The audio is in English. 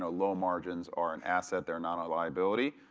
ah low margins are an asset, they're not a liability.